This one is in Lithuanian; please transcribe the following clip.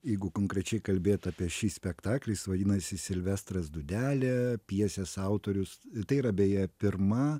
jeigu konkrečiai kalbėt apie šį spektakį jis vadinasi silvestras dūdelė pjesės autorius tai yra beje pirma